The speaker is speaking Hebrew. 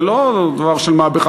זה לא דבר של מה בכך.